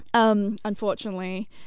Unfortunately